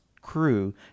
crew